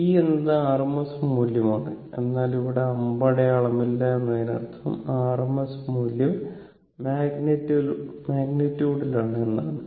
V എന്നത് rms മൂല്യം ആണ് എന്നാൽ ഇവിടെ അമ്പടയാളമില്ല എന്നതിനർത്ഥം rms മൂല്യം മാഗ്നിറ്റ്യുഡിലാണ് എന്നാണ്